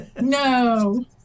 no